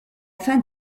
fin